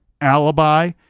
alibi